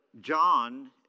John